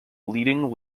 leading